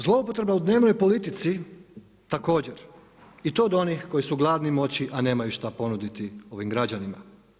Zloupotreba u dnevnoj politici također i to od onih koji su gladni moći a nemaju šta ponuditi ovim građanima.